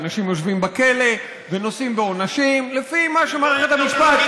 ואנשים יושבים בכלא ונושאים בעונשים לפי מה שמערכת המשפט,